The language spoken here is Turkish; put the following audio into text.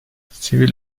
sivil